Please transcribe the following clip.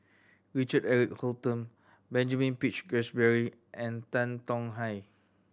Richard Eric Holttum Benjamin Peach Keasberry and Tan Tong Hye